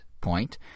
point